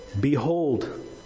Behold